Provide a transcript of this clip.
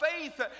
faith